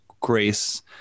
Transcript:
grace